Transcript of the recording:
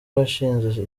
washinze